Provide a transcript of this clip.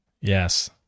Yes